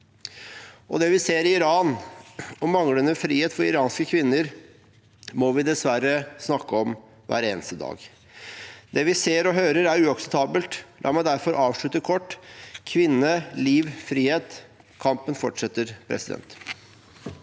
Det vi ser i Iran, med manglende frihet for iranske kvinner, må vi dessverre snakke om hver eneste dag. Det vi ser og hører, er uakseptabelt. La meg derfor avslutte kort: Kvinne – liv – frihet. Kampen fortsetter! Kathrine